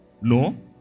No